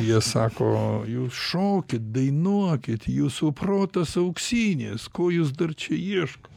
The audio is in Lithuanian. jie sako jūs šokit dainuokit jūsų protas auksinis ko jūs dar čia ieško